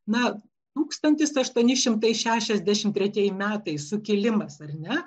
na tūkstantis aštuoni šimtai šešiasdešimt tretieji metai sukilimas ar ne